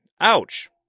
Ouch